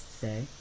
say